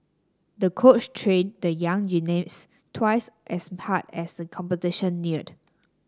the coach trained the young twice as hard as the competition neared